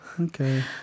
okay